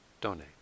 donate